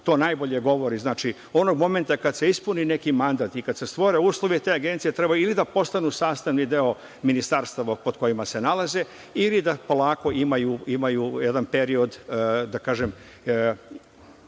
Agencije za privatizaciju. Onog momenta kada se ispuni neki mandat i kada se stvore uslovi te agencije treba da postanu sastavni deo ministarstava pod kojima se nalaze ili da polako imaju jedan period, da kažem,